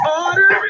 order